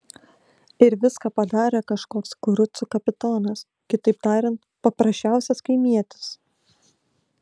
ir viską padarė kažkoks kurucų kapitonas kitaip tariant paprasčiausias kaimietis